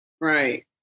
right